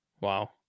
Wow